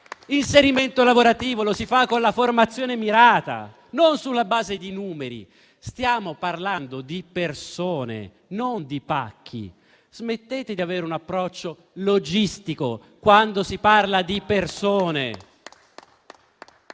d'inserimento lavorativo si fa con la formazione mirata, non sulla base di numeri? Stiamo parlando di persone, non di pacchi. Smettete di avere un approccio logistico, quando si parla di persone.